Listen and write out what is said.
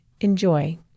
enjoy